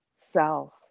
self